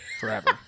Forever